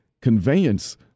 conveyance